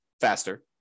faster